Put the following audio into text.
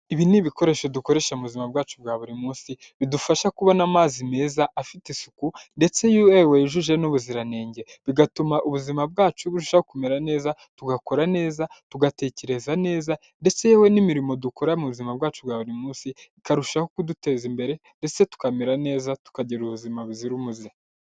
Ibi ni ibikoresho dukoresha mu buzima bwacu bwa buri munsi, bidufasha kubona amazi meza afite isuku ndetse yewe yujuje n'ubuziranenge bigatuma ubuzima bwacu burushaho kumera neza, tugakora neza tugatekereza neza, ndetse yewe n'imirimo dukora mu buzima bwacu bwa buri munsi ikarushaho kuduteza imbere ndetse tukamera neza tukagira ubuzima buzira umuze.